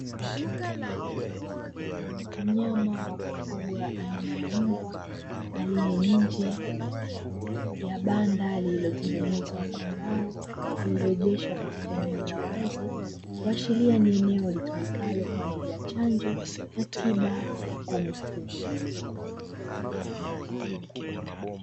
Mnyama wa kufugwa aina ya mbwa aliye nje ya banda lililotengenezwa kwa mbao, lililo egeshwa katika eneo la wazi, kuashiria ni eneo litumikalo kwa ajili ya chanjo na tiba kwa mifugo.